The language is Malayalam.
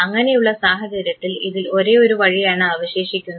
അങ്ങനെയുള്ള സാഹചര്യത്തിൽ ഇതിൽ ഒരേയൊരു വഴിയാണ് അവശേഷിക്കുന്നത്